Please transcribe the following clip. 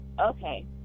okay